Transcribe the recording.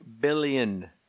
billion